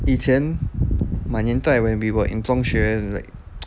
以前 my 年代 when we were in 中学 like